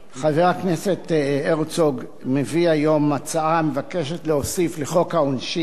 חבר הכנסת הרצוג מביא היום הצעה המבקשת להוסיף לחוק העונשין,